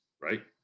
right